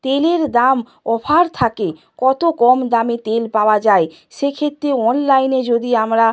তেলের দাম অফার থাকে কত কম দামে তেল পাওয়া যায় সেক্ষেত্রে অনলাইনে যদি আমরা